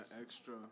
extra